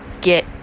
get